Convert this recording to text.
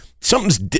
something's